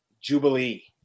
Jubilee